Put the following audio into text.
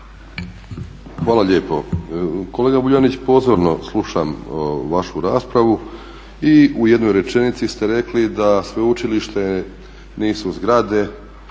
Hvala lijepo. Kolega Vuljanić, pozorno slušam vašu raspravu i u jednoj rečenici ste rekli da Sveučilište nisu zgrade,